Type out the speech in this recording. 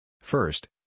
First